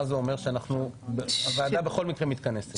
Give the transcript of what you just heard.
מה זה אומר שאנחנו הוועדה בכל מקרה מתכנסת?